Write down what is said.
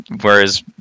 Whereas